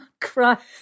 Christ